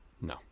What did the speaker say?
No